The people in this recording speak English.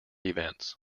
events